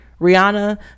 Rihanna